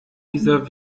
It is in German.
dieser